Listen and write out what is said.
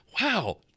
wow